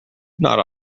not